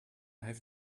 have